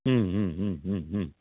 ಹ್ಞೂ ಹ್ಞೂ ಹ್ಞೂ ಹ್ಞೂ ಹ್ಞೂ